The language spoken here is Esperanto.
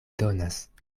donas